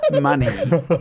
Money